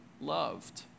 loved